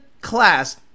class